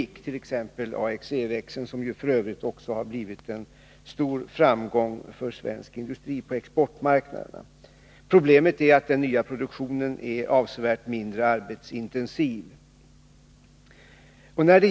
Det gäller t.ex. AXE-växeln, som ju f. ö. också har blivit en stor framgång för svensk industri på exportmarknaderna. Problemet är att den nya produktionen är avsevärt mindre arbetsintensiv.